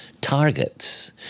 targets